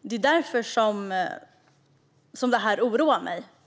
Det är därför detta oroar mig.